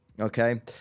Okay